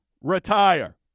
retire